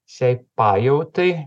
šiai pajautai